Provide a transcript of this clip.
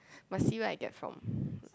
must see where I get from